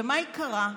שמה עיקרה?